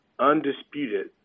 undisputed